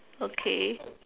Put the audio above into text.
okay